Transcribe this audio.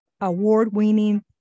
award-winning